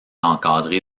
encadré